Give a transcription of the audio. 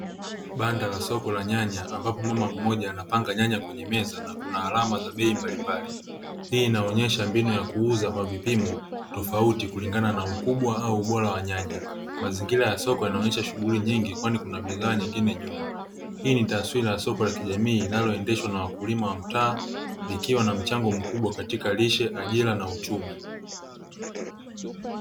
Banda la soko la nyanya ambapo mama mmoja anapanga nyanya kwenye meza na kuna alama za bei mbalimbali. Hii inaonesha mbinu ya kuuza kwa vipimo tofauti kulingana na ukubwa au ubora wa nyanya. Mazingira ya soko yanaonesha shughuli nyingi kwani kuna bidhaa nyingine nyuma. Hii ni taswira ya soko la kijamii linaloendeshwa na wakulima wa mtaa likiwa na mchango mkubwa katika lishe, ajira na uchumi.